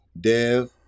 Dev